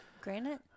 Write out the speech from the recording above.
granite